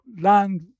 land